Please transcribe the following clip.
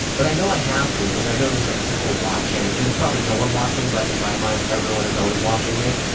but i know i have to because i know there's like people watching, and there's probably no one watching, but in my mind everyone is always watching me.